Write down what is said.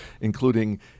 including